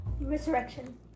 Resurrection